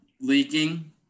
leaking